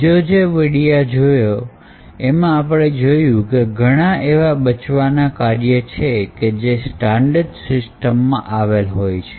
બીજા જે વિડીયો જોયા એમાં આપણે જોયું કે ઘણા એવા બચાવના કાર્યો છે કે જે સ્ટાન્ડર્ડ સિસ્ટમ માં આવેલ હોય છે